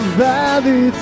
valley